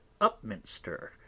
Upminster